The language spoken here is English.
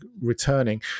returning